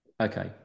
Okay